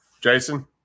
Jason